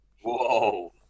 Whoa